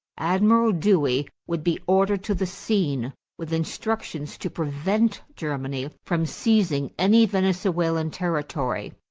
admiral dewey would be ordered to the scene with instructions to prevent germany from seizing any venezuelan territory.